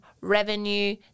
revenue